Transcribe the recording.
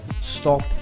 Stop